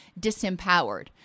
disempowered